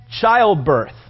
childbirth